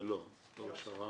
לא, לא בשר"מ.